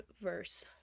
verse